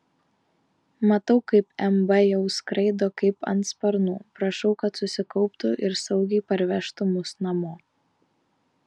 matau kaip mb jau skraido kaip ant sparnų prašau kad susikauptų ir saugiai parvežtų mus namo